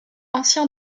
ancien